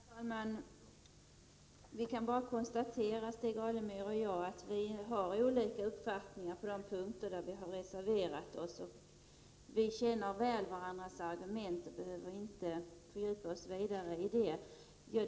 Herr talman! Vi kan bara konstatera, Stig Alemyr och jag, att vi har olika uppfattningar på de punkter där centerpartiet har reserverat sig. Vi känner väl varandras argument och behöver inte fördjupa oss vidare i dessa.